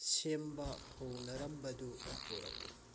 ꯁꯦꯝꯕ ꯍꯧꯅꯔꯝꯕꯗꯨ ꯄꯨꯔꯛꯎ